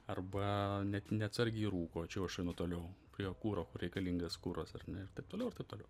arba ne neatsargiai rūko čia jau aš einu toliau prie kuro kur reikalingas kuras ar ne ir taip toliau ir taip toliau